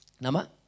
Nama